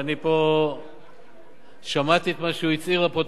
ואני שמעתי פה את מה שהוא הצהיר לפרוטוקול,